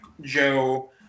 Joe